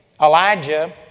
Elijah